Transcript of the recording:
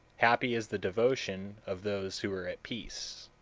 happy is the devotion of those who are at peace.